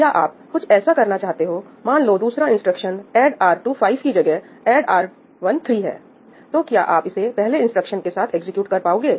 या आप कुछ ऐसा करना चाहते होमान लो दूसरा इंस्ट्रक्शन ऐड R2 5 की जगह ऐड R1 3 हैतो क्या आप इसे पहले इंस्ट्रक्शन के साथ एग्जीक्यूट कर पाओगे